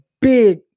big